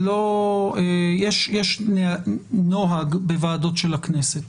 יש נוהג בוועדות של הכנסת.